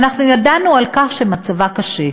ואנחנו ידענו שהמצב קשה,